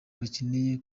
bakeneye